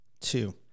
Two